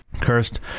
Cursed